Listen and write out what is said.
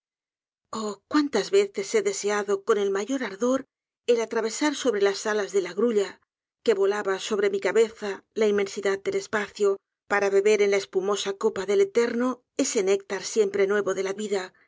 cuántas veces he deseado con el mayor ardor el atravesar sobre las alas de la grulla que volaba sobre mi cabeza la inmensidad del espacio para beber en la espumosa copa del eterno ese néctar siempre nuevo de la vida